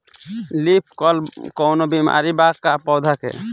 Leaf curl कौनो बीमारी बा का पौधा के?